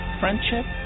friendship